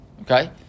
Okay